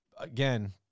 Again